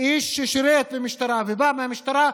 איש ששירת במשטרה ובא מהמשטרה,